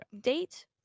date